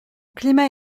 climat